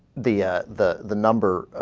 the ah the the number